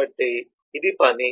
కాబట్టి ఇవి పని